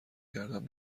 کردم